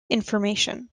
information